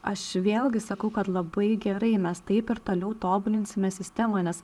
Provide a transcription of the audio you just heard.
aš vėlgi sakau kad labai gerai mes taip ir toliau tobulinsime sistemą nes